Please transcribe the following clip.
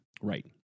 Right